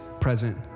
present